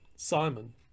Simon